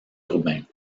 urbain